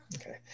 Okay